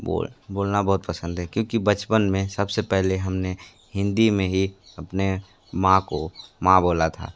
बोल बोलना बहुत पसंद है क्योंकि बचपन में सब से पहले हम ने हिन्दी में ही अपने माँ को माँ बोला था